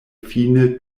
fine